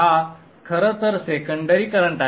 हा खरं तर सेकंडरी करंट आहे